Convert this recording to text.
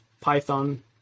Python